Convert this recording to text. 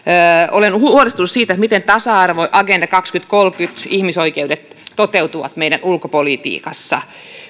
olen huolestunut siitä miten tasa arvo agenda kaksituhattakolmekymmentä ja ihmisoikeudet toteutuvat meidän ulkopolitiikassa